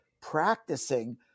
practicing